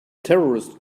terrorist